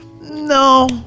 No